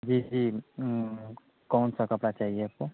जी जी कौन सा कपड़ा चाहिए आपको